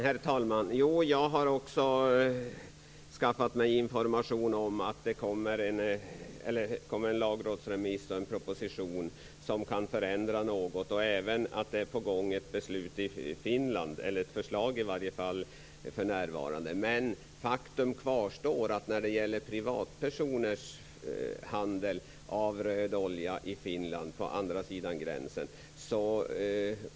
Herr talman! Jo, jag har också skaffat mig information om att det kommer en lagrådsremiss och en proposition som kan förändra något. Jag vet även att det för närvarande är på gång ett beslut i Finland - eller ett förslag i alla fall. Men faktum kvarstår när det gäller privatpersoners handel med röd olja i Finland, alltså på andra sidan gränsen.